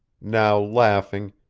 now laughing,